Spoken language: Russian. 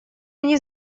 они